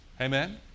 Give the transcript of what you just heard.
Amen